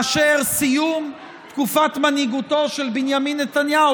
מאשר סיום תקופת מנהיגותו של בנימין נתניהו.